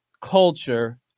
culture